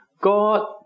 God